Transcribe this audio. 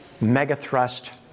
megathrust